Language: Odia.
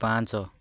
ପାଞ୍ଚ